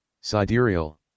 Sidereal